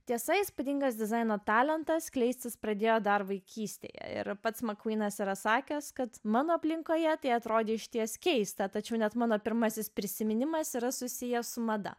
tiesa įspūdingas dizaino talentą skleistis pradėjo dar vaikystėje ir pats makūnas yra sakęs kad mano aplinkoje tai atrodė išties keista tačiau net mano pirmasis prisiminimas yra susijęs su mada